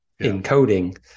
encoding